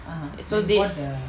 so they